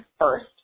first